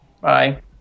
Bye